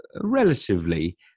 relatively